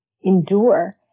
endure